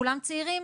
שכולם צעירים,